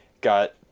got